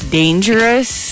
dangerous